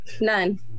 None